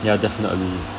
ya definitely